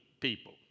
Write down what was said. people